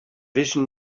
vision